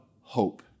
hope